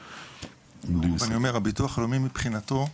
אני אומר, הביטוח הלאומי מבחינתו,